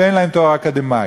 שאין להם תואר אקדמי?